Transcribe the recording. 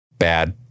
bad